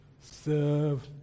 serve